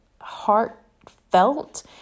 heartfelt